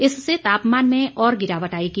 इससे तापमान में और गिरावट आएगी